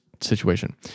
situation